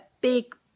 big